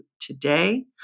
today